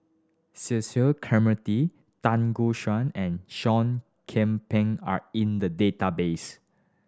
Cecil Clementi Tan Gek Suan and Seah Kian Peng are in the database